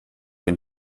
den